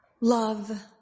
Love